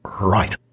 Right